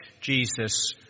Jesus